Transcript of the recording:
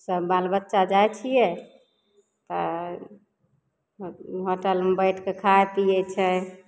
सब बाल बच्चा जाइ छियै तऽ होटलमे बैठके खाइपीयै छै